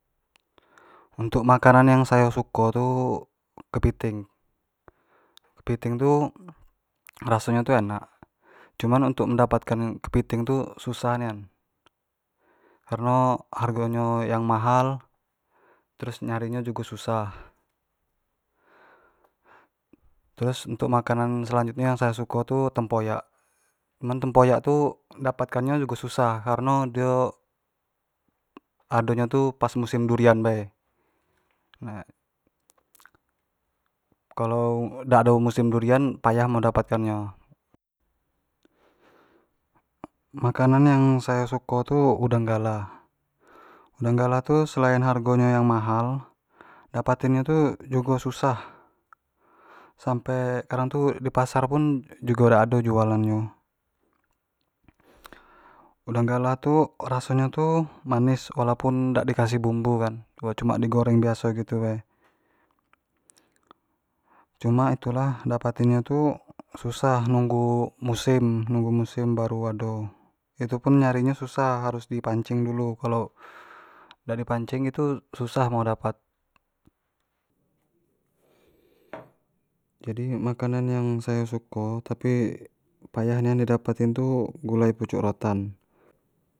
Untuk makanan yang sayo suko tu kepiting, kepiting tu raso nyo tu enak cuman untuk mendapatkan kepiting tu susah nian kareno hargo nyo yang mahal terus nyari nyo jugo susah, terus untuk makanan selanutnyo yang sayo suko tu tempoyak, cuman tempoyak tu mendapatkan nyo jugo susah, di ado nyo tu pas musim durian be kalau dak ado musim durian payah mendapatkan nyo, makanan yang sayo suko tu udang galah, udang galah tu selain hargo nyo yang mahal dapatin nyo jugo tu susah, sampe orang tu di pasar pun jugo dak ado jualan nyo udang galah tuh raso nyo tuh manis walaupun dak di kasih bumbu kan, cuma di goreng biaso bae cuma itu lah untuk ngedapatin yo tu susah nunggu musim-nunggu musim baru ado, itu pun nyari nyo susah harus di pancing dulu, kalau dak di pancing itu susah mau dapat jadi makanan yang sayo suko tapi payah nian di dapat itu gulai pucuk rotan.